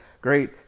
great